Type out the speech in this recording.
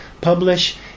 publish